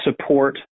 support